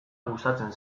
gustatzen